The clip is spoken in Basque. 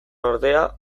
ordea